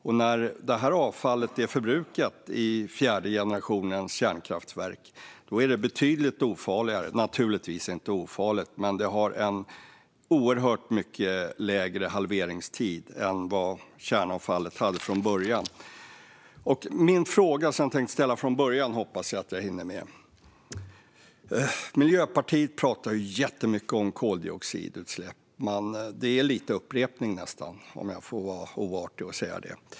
Och när avfallet är förbrukat i fjärde generationens kärnkraftverk är det betydligt ofarligare. Det är naturligtvis inte ofarligt, men det har en mycket lägre halveringstid än vad kärnavfallet hade från början. Jag hoppas att jag nu hinner med den fråga jag hade tänkt ställa från början. Miljöpartiet pratar ju jättemycket om koldioxidutsläpp. Det är nästan lite upprepning, om jag får vara så oartig.